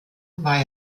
war